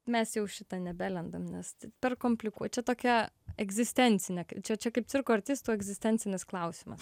mes jau šitą nebelendam nes per komplikuot čia tokia egzistencinė čia čia kaip cirko artistų egzistencinis klausimas